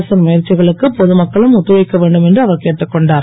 அரசின் முயற்சிகளுக்கு பொ துமக்களும் ஒத்துழைக்க வேண்டும் என்று அவர் கேட்டுக் கொண்டார்